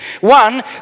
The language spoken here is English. One